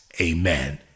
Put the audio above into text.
Amen